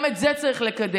גם את זה צריך לקדם.